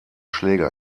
schläger